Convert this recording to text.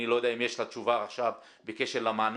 אני לא יודע אם יש לך תשובה עכשיו בקשר למענק.